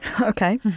Okay